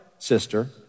Sister